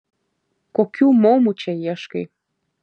kokių maumų čia ieškai